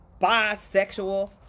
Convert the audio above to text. bisexual